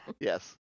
Yes